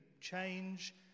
change